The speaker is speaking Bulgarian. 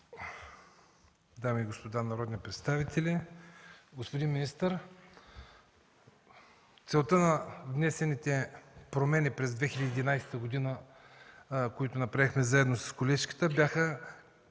Дами и господа народни представители! Господин министър, целта на внесените промени през 2011 г., които направихме заедно с колежката, беше